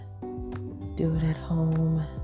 do-it-at-home